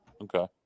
okay